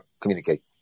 communicate